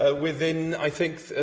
ah within, i think,